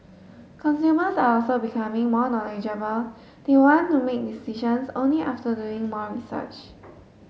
consumers are also becoming more knowledgeable they want to make decisions only after doing more research